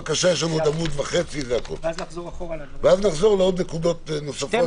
יש לנו עוד עמוד וחצי ואז נחזור לנקודות נוספות,